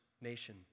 nation